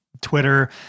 Twitter